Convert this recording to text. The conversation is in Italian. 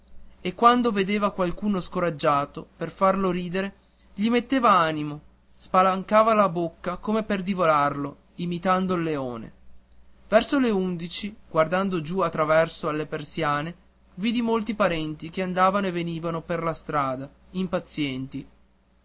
e quando vedeva qualcuno scoraggiato per farlo ridere e mettergli animo spalancava la bocca come per divorarlo imitando il leone verso le undici guardando giù a traverso alle persiane vidi molti parenti che andavano e venivano per la